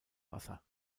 wasser